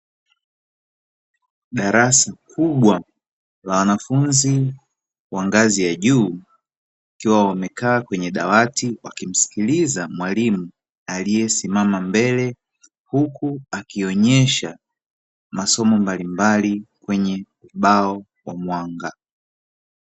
Darasa kubwa la wanafunzi wa ngazi ya juu, wakiwa wamekaa katika dawati wakimsikiliza mwalimu aliyesimama mbele, huku akionesha masomo mbalimbali kwenye ubao wenye mwanga.